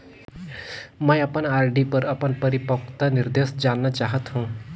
मैं अपन आर.डी पर अपन परिपक्वता निर्देश जानना चाहत हों